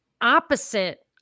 opposite